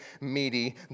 meaty